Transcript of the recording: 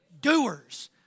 Doers